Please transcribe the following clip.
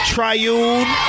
Triune